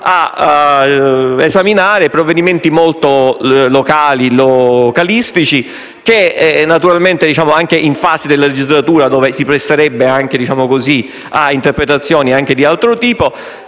grazie a tutta